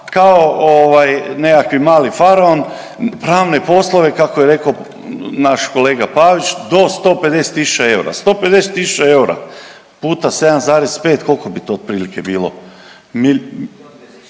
kao nekakvi mali faraon i pravne poslove kako je rekao naš kolega Pavić do 150000 eura. 150000 eura puta 7,5 koliko bi to otprilike bilo?